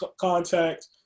contact